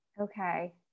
Okay